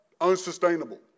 unsustainable